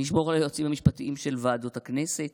מי ישמור על היועצים המשפטיים של ועדות הכנסת?